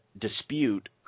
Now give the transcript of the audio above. dispute –